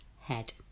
head